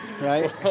Right